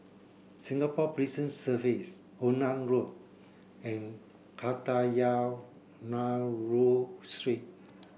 Singapore Prison Service Onan Road and Kadayanallur Street